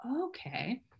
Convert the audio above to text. okay